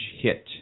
hit